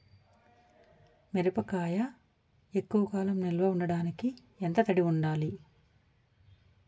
మిరపకాయ ఎక్కువ కాలం నిల్వ చేయటానికి ఎంత తడి ఉండాలి?